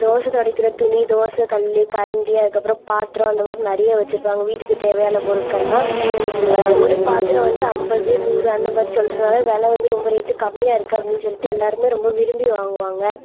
தோசை துடைக்கற துணி தோசை கல் கரண்டி அதுக்கு அப்புறம் பாத்திரம் அந்த மாதிரி நிறைய வச்சிருப்பாங்க வீட்டுக்கு தேவையான பொருட்களெலாம் ஒரு பாத்திரம் வந்து ஐம்பது நூறு அந்தமாதிரி சொல்லுறதுனால வெலை வந்து ரொம்ப ரேட்டு கம்மியாக இருக்குது அப்படின்னு சொல்லிட்டு எல்லோருமே ரொம்ப விரும்பி வாங்கிகுவாங்க